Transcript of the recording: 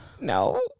No